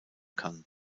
kann